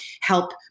help